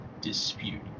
dispute